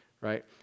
right